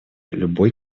любой